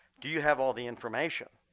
do you have all the information?